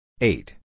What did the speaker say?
Eight